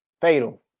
fatal